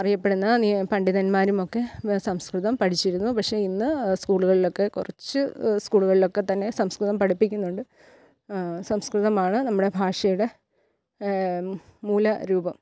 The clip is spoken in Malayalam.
അറിയപ്പെടുന്ന നി പണ്ഡിതന്മാരുമൊക്കെ സംസ്കൃതം പഠിച്ചിരുന്നു പക്ഷെ ഇന്ന് സ്കൂളുകളിലൊക്കെ കുറച്ചു സ്കൂളുകളിലൊക്കെതന്നെ സംസ്കൃതം പഠിപ്പിക്കുന്നുണ്ട് സംസ്കൃതമാണ് നമ്മുടെ ഭാഷയുടെ മൂല രൂപം